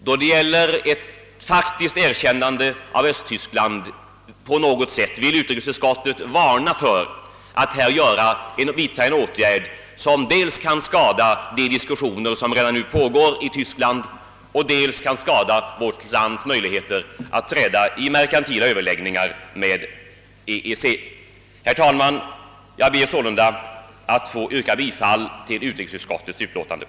Då det gäller ett faktiskt erkännande av Östtyskland vill utrikesutskottet varna för åtgärder som dels kan skada den utveckling som håller på att ske i tysklandsfrågan, dels försvåra vårt lands möjligheter att träda i överläggningar med EEC. Herr talman! Jag ber sålunda att få yrka bifall till utrikesutskottets hemställan.